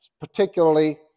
particularly